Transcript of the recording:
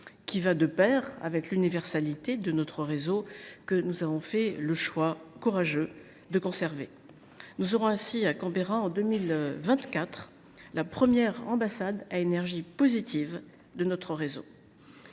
Cela va de pair avec l’universalité de notre réseau, que nous avons fait le choix, courageux, de conserver. En 2024, l’ambassade de Canberra sera ainsi la première ambassade à énergie positive de notre réseau.